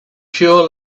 pure